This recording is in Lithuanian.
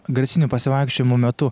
garsinių pasivaikščiojimų metu